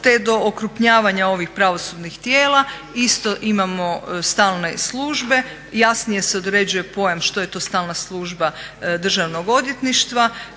te do okrupnjavanja ovih pravosudnih tijela. Isto imamo stalne službe. Jasnije se određuje pojam što je to stalna služba Državnog odvjetništva.